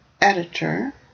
editor